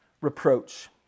reproach